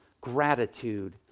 gratitude